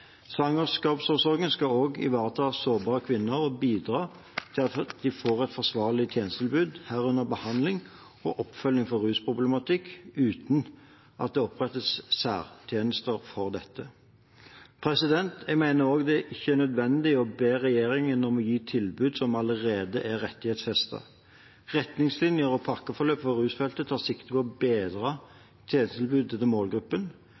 Svangerskapsomsorgen skal også ivareta sårbare kvinner og bidra til at de får et forsvarlig tjenestetilbud, herunder behandling for og oppfølging av rusproblematikk, uten at det opprettes særtjenester for dette. Jeg mener også at det ikke er nødvendig å be regjeringen om å gi tilbud som allerede er rettighetsfestet. Retningslinjer og pakkeforløp for rusfeltet tar sikte på å bedre tjenestetilbudet til målgruppen.